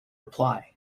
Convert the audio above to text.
reply